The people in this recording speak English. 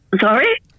Sorry